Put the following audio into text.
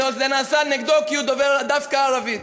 זה נעשה נגדו כי הוא דובר דווקא ערבית.